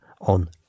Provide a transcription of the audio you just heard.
on